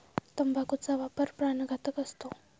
तंबाखूचा वापर प्राणघातक असतो